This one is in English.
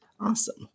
Awesome